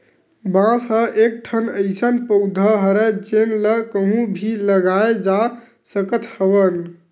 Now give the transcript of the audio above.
बांस ह एकठन अइसन पउधा हरय जेन ल कहूँ भी लगाए जा सकत हवन